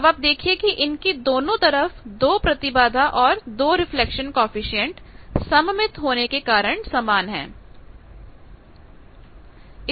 पर आप देखिए कि इसकी दोनों तरफ दो प्रतिबाधा और दो रिफ्लेक्शन कॉएफिशिएंट सममित होने के कारण समान है